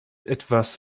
etwas